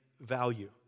value